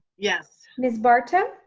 yes. ms. barto?